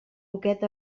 poquet